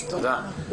תודה.